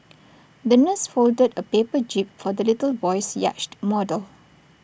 the nurse folded A paper jib for the little boy's yacht model